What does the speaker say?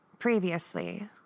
Previously